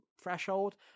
threshold